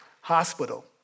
Hospital